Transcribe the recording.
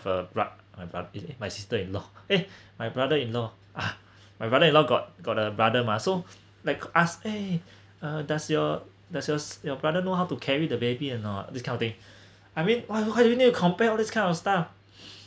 uh uh m~ my sister in law eh my brother in law uh my brother in law got got uh brother mah so like ask eh uh does your does your si~ your brother know how to carry the baby or not this kind of thing I mean why why do you need to compare all this kind of stuff